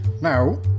Now